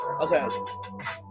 Okay